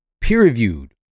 peer-reviewed